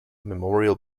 memorial